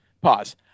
Pause